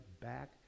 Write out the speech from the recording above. back